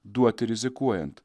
duoti rizikuojant